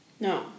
No